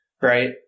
right